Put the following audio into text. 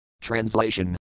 Translation